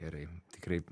gerai tikrai